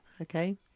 Okay